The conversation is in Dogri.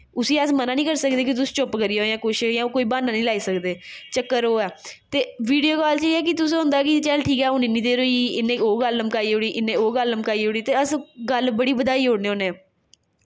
उसी अस मना निं करी सकदे कि तुस चुप्प करी जाओ जां कुछ जां कोई ब्हान्ना निं लाई सकदे चक्कर ओह् ऐ ते वीडियो कॉल च एह् ऐ कि तुस होंदा कि चल ठीक ऐ हून इन्नी देर होई इ'यां ओह् गल्ल लमकाई ओड़ी इन्नै ओह् गल्ल लमकाई ओड़ी ते अस गल्ल बड़ी बधाई ओड़ने होन्ने